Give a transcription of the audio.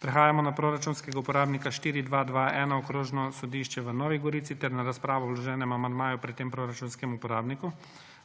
Prehajamo na proračunskega uporabnika 4221 Okrožno sodišče v Novi Gorici ter na razpravo o vloženem amandmaju pri tem proračunskem uporabniku.